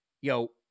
Yo